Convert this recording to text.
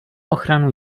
ochranu